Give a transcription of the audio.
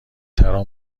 ترا